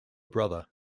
brother